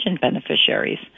beneficiaries